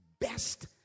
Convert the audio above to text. best